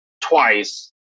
twice